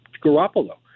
Garoppolo